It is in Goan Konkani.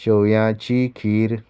शेव्याची खीर